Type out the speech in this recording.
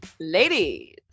Ladies